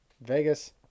Vegas